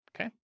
okay